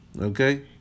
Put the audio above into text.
Okay